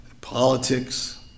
politics